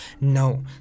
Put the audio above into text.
no